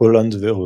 הולנד ועוד.